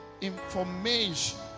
information